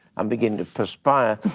i'm beginning to perspire.